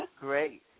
Great